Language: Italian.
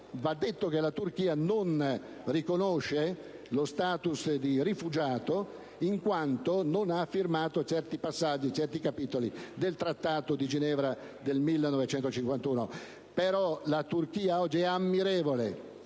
Va detto che la Turchia non riconosce lo *status* di rifugiato, in quanto non ha firmato certi capitoli del Trattato di Ginevra del 1951; però la Turchia oggi è ammirevole